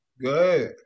Good